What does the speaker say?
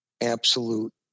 absolute